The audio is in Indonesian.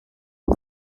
tom